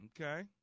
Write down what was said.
Okay